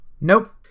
Nope